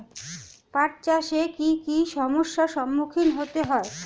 পাঠ চাষে কী কী সমস্যার সম্মুখীন হতে হয়?